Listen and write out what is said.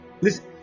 Listen